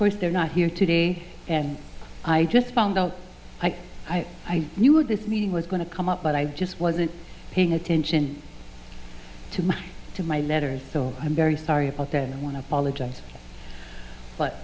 course they're not here today and i just found out i knew of this meeting was going to come up but i just wasn't paying attention to much to my letters so i'm very sorry about that and i want to apologize but